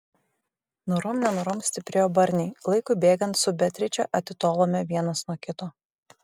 norom nenorom stiprėjo barniai laikui bėgant su beatriče atitolome vienas nuo kito